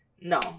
no